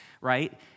right